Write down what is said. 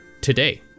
today